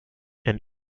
and